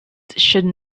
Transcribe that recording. should